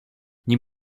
nim